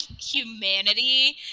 humanity